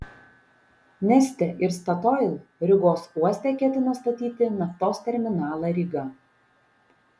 neste ir statoil rygos uoste ketina statyti naftos terminalą ryga